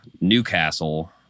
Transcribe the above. Newcastle